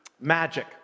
magic